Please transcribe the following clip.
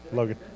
Logan